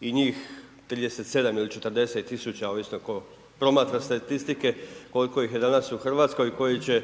i njih 37 ili 40 000, ovisno tko promatra statistike, koliko ih je danas u RH koji će